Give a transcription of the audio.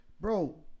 bro